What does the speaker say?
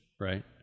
right